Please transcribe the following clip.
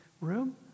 room